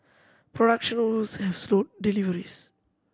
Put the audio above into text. production woes have slowed deliveries